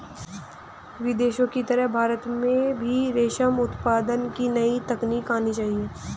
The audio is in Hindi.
विदेशों की तरह भारत में भी रेशम उत्पादन की नई तकनीक आनी चाहिए